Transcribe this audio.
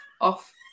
off –